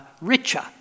richer